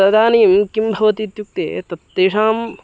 तदानीं किं भवति इत्युक्ते तत् तेषाम्